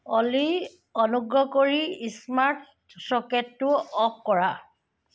অ'লি অনুগ্ৰহ কৰি স্মাৰ্ট চকেটটো অফ কৰা